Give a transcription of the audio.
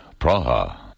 Praha